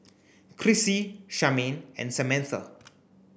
Crissie Charmaine and Samantha